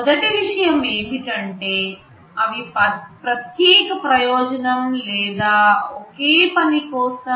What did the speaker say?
మొదటి విషయం ఏమిటంటే అవి ప్రత్యేక ప్రయోజనం లేదా ఒకే పని కోసం